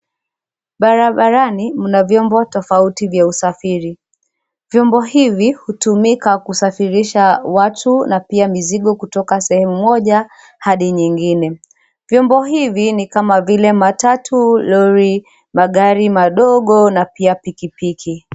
Barabarani, mna vyombo tofauti vya usafiri. Vyombo hivi hutumika kusafirisha watu na pia mizigo kutoka sehemu moja hadi nyingine. Vyombo hivi ni kama vile matatu, lori, magari madogo na pia pikipiki.